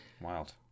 Wild